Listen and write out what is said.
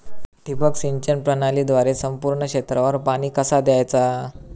ठिबक सिंचन प्रणालीद्वारे संपूर्ण क्षेत्रावर पाणी कसा दयाचा?